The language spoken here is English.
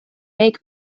make